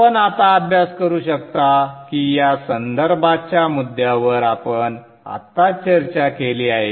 आपण आता अभ्यास करू शकता की या संदर्भाच्या मुद्द्यावर आपण आत्ताच चर्चा केली आहे